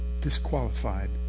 disqualified